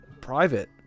private